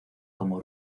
como